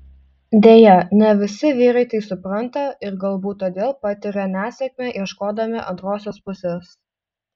deja ne visi vyrai tai supranta ir galbūt todėl patiria nesėkmę ieškodami antrosios pusės